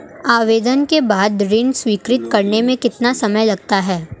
आवेदन के बाद ऋण स्वीकृत करने में कितना समय लगता है?